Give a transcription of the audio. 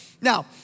now